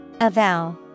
Avow